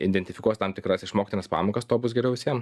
indentifikuos tam tikras išmoktinas pamokas tuo bus geriau visiem